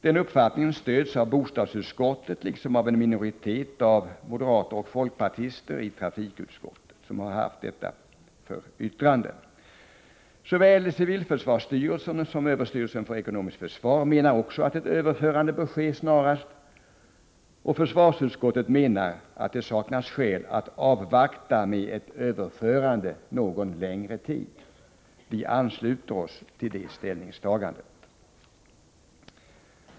Denna uppfattning stöds av bostadsutskottet liksom av en minoritet av moderater och folkpartister i trafikutskottet, som har haft tillfälle att yttra sig i ärendet. Såväl civilförsvarsstyrelsen som Överstyrelsen för ekonomiskt försvar menar också att ett överförande bör ske snarast. Försvarsutskottet menar att det saknas skäl att avvakta med ett överförande någon längre tid. Vi ansluter oss till det ställningstagandet.